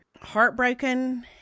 heartbroken